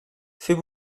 fais